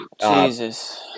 Jesus